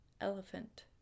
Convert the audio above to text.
elephant